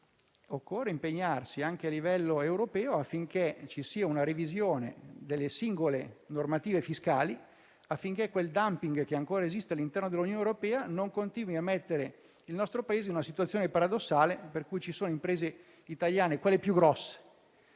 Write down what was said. Occorre impegnarsi anche a livello europeo affinché ci sia una revisione delle singole normative fiscali e affinché quel *dumping* che ancora esiste all'interno dell'Unione europea non continui a mettere il nostro Paese in una situazione paradossale in cui le imprese italiane più grandi,